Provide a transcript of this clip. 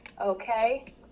Okay